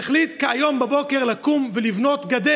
שהחליט היום בבוקר לקום ולבנות גדר.